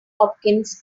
hopkins